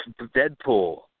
Deadpool